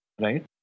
right